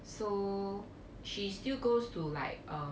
so she's still goes to like uh